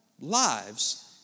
lives